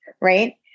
right